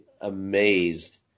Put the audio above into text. amazed